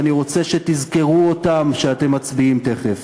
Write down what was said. ואני רוצה שתזכרו אותם כשאתם מצביעים תכף: